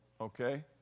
Okay